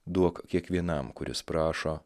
duok kiekvienam kuris prašo